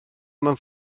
mewn